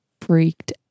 freaked